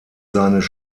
seines